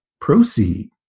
proceed